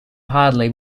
hardly